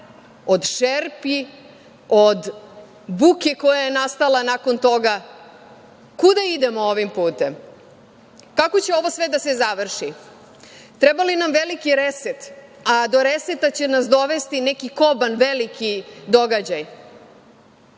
od šepi, od buke koja je nastala nakon toga. Kuda idemo ovim putem? Kako će ovo sve da se završi? Treba li nam veliki reset, a do reseta će nas dovesti neki koban veliki događaj,